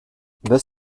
this